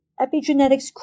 epigenetics